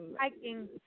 hiking